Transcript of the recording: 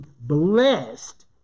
blessed